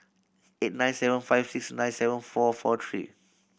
eight nine seven five six nine seven four four three